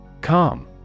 Calm